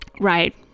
right